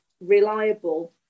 reliable